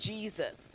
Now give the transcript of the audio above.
Jesus